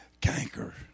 canker